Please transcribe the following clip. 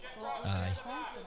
Aye